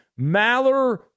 Maller